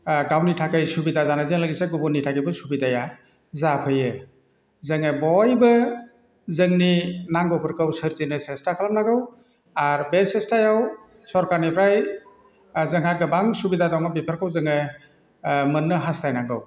गावनि थाखाय सुबिदा जानायजों लोगोसे गुबुननि थाखायबो सुबिदाया जाफैयो जोङो बयबो जोंनि नांगौफोरखौ सोरजिनो सेस्था खालाम नांगौ आर बे सेस्थायाव सरखारनिफ्राय जोंहा गोबां सुबिदा दङ बेफोरखौ जोङो मोननो हास्थायनांगौ